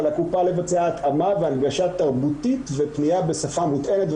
על הקופה לבצע התאמה והנגשה תרבותית ופניה בשפה מותאמת,